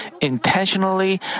intentionally